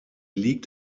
liegt